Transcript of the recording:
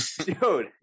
Dude